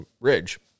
ridge